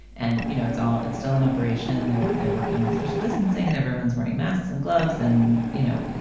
and, you know, it's all it's still in operation there. they're working with social distancing and everyone's wearing masks and gloves. and, you know,